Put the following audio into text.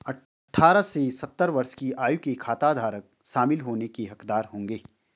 अठारह से सत्तर वर्ष की आयु के खाताधारक शामिल होने के हकदार होंगे